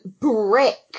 brick